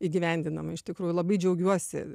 įgyvendinama iš tikrųjų labai džiaugiuosi